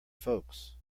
folks